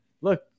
look